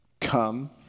come